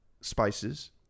spices